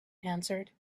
answered